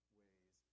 ways